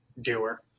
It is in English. Doer